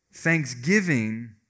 thanksgiving